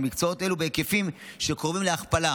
במקצועות אלו בהיקפים שקרובים להכפלה.